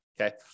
okay